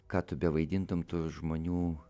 ką tu bevaidintum tu žmonių